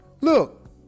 Look